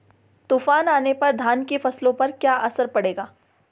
तूफान आने पर धान की फसलों पर क्या असर पड़ेगा?